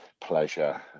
pleasure